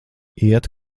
iet